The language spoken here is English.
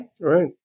Right